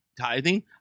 tithing